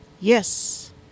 Yes